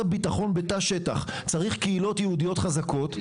ביטחון בתא שטח צריך קהילות יהודיות חזקות,